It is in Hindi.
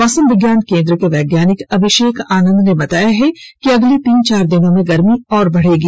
मौसम विज्ञान केन्द्र के वैज्ञानिक अभिषेक आनंद ने बताया है कि अगले तीन चार दिनों में गर्मी और बढ़ेगी